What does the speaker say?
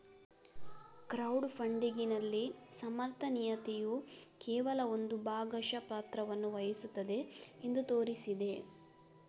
crowd ಫಂಡಿಗಿನಲ್ಲಿ ಸಮರ್ಥನೀಯತೆಯು ಕೇವಲ ಒಂದು ಭಾಗಶಃ ಪಾತ್ರವನ್ನು ವಹಿಸುತ್ತದೆ ಎಂದು ತೋರಿಸಿದೆ